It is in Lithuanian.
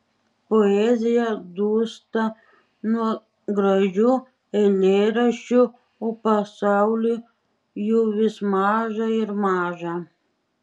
poezija dūsta nuo gražių eilėraščių o pasauliui jų vis maža ir maža